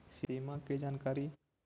सिमा कि जानकारी?